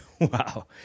Wow